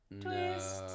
Twist